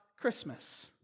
Christmas